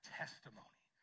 testimony